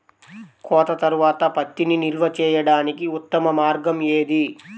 కోత తర్వాత పత్తిని నిల్వ చేయడానికి ఉత్తమ మార్గం ఏది?